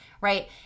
right